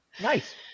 Nice